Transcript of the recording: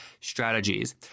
strategies